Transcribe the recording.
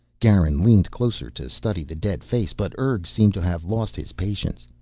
garin leaned closer to study the dead face but urg seemed to have lost his patience.